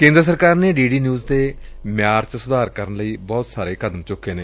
ਕੇਂਦਰ ਸਰਕਾਰ ਨੇ ਡੀ ਡੀ ਨਿਉਜ਼ ਦੇ ਮਿਆਰ ਚ ਸੁਧਾਰ ਕਰਨ ਲਈ ਬਹੁਤ ਸਾਰੇ ਕਦਮ ਚੁੱਕੇ ਨੇ